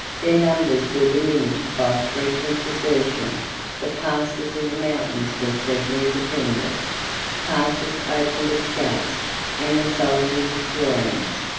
their numbers were diminished by frequent desertion the passes of the mountains were feebly defended tarsus opened its gates and the soldiers of florianus,